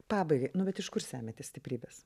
pabaigai nu bet iš kur semiatės stiprybės